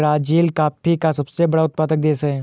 Brazil coffee का सबसे बड़ा उत्पादक देश है